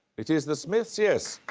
it is the smiths, yes.